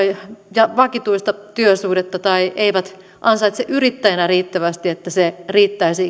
vakituista työsuhdetta tai eivät ansaitse yrittäjinä riittävästi että se riittäisi